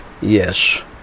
Yes